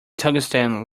tungsten